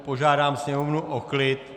Požádám sněmovnu o klid...